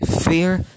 Fear